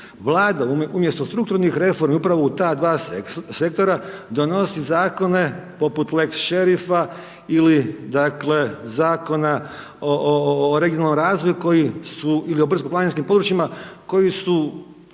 Vlada umjesto strukturnih reformi upravo u ta dva sektora donosi zakone poput lex Šerifa ili dakle Zakona o regionalnom razvoju koji su ili o brdsko-planinskim područjima koji su